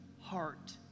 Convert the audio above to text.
heart